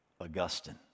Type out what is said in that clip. augustine